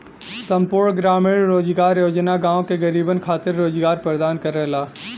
संपूर्ण ग्रामीण रोजगार योजना गांव के गरीबन खातिर रोजगार प्रदान करला